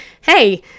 hey